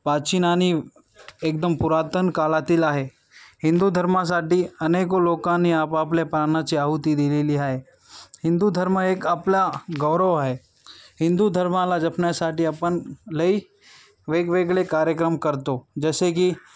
प्राचीन आणि एकदम पुरातन काळातील आहे हिंदू धर्मासाठी अनेक लोकांनी आपापल्या प्राणाची आहुती दिलेली आहे हिंदू धर्म एक आपला गौरव आहे हिंदू धर्माला जपण्यासाठी आपण लई वेगवेगळे कार्यक्रम करतो जसे की